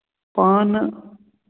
पान